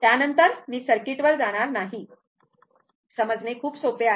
त्यानंतर मी सर्किटवर जाणार नाही समजणे खूप सोपे आहे